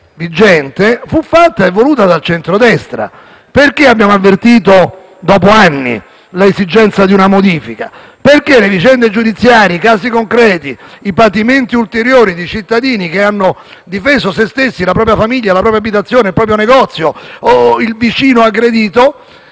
patimenti ulteriori di cittadini che hanno difeso se stessi, la propria famiglia, la propria abitazione, il proprio negozio o il vicino aggredito